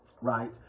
right